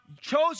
chose